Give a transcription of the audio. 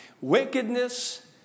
Wickedness